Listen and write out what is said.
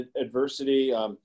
adversity –